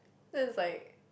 so it's like